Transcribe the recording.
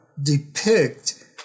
depict